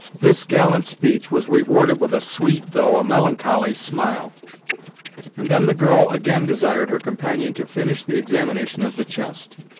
this gallant speech was rewarded with a sweet, though a melancholy smile and then the girl again desired her companion to finish the examination of the chest.